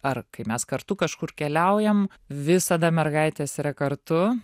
ar kai mes kartu kažkur keliaujam visada mergaitės yra kartu